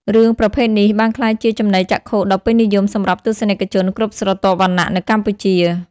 រឿងប្រភេទនេះបានក្លាយជាចំណីចក្ខុដ៏ពេញនិយមសម្រាប់ទស្សនិកជនគ្រប់ស្រទាប់វណ្ណៈនៅកម្ពុជា។